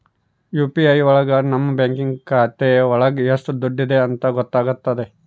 UPI ಒಳಗ ನಮ್ bank ಖಾತೆ ಒಳಗ ಎಷ್ಟ್ ದುಡ್ಡಿದೆ ಅಂತ ಗೊತ್ತಾಗ್ತದೆ